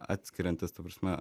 atskiriantis ta prasme